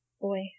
Boy